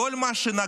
בכל מה שנגעתם,